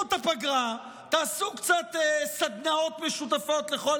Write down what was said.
תעשו קצת סדנאות משותפות לכל